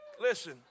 Listen